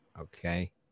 Okay